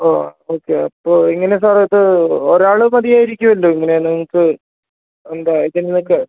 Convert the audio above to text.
ഓ okay അപ്പോൾ ഇങ്ങനെ sir ഇത് ഒരാൾ മതിയായിരിക്കുമല്ലോ ഇങ്ങനെ നിങ്ങൾക്ക് എന്താ ഇതിൽ നിന്നൊക്കെ